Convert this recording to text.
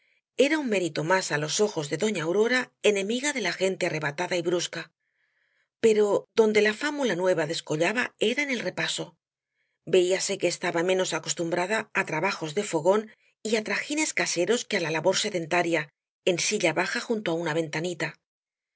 era un mérito más á los ojos de doña aurora enemiga de la gente arrebatada y brusca pero donde la fámula nueva descollaba era en el repaso veíase que estaba menos acostumbrada á trabajos de fogón y á trajines caseros que á la labor sedentaria en silla baja junto á una ventanita